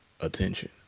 attention